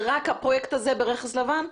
זה רק הפרויקט הזה ברכס לבן?